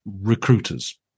recruiters